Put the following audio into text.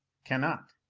cannot